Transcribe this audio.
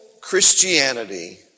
Christianity